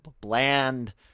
bland